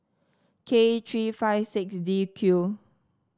K three five six D Q